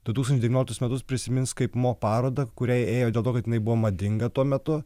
du tūkstančiai devynioliktus metus prisimins kaip mo parodą kurią ėjo dėl to kad jinai buvo madinga tuo metu